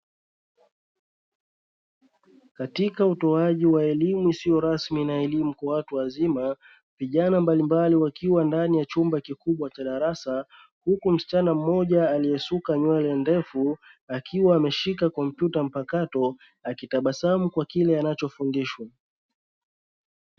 Katika utoaji wa elimu isiyo rasmi na elimu kwa watu wazima, vijana mbalimbali wakiwa ndani ya chumba cha darasa, huku msichana mmoja aliyesuka nywele ndefu akiwa ameshika kompyuta mpakato, akitabasamu kwa kile anachofundishwa.